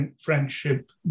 friendship